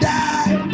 die